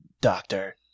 doctor